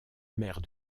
maire